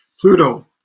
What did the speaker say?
Pluto